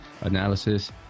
analysis